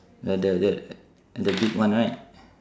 the the the the big one right